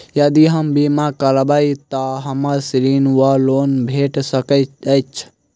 यदि हम बीमा करबै तऽ हमरा ऋण वा लोन भेट सकैत अछि?